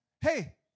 hey